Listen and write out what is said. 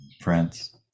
France